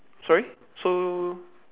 sorry so